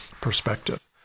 perspective